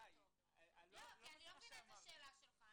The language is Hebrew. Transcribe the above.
די --- כי אני לא מבינה את השאלה שלך.